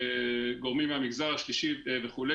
גורמים מהמגזר השלישי וכו'.